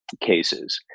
cases